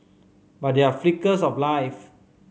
but there are flickers of life